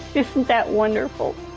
isn't that wonderful?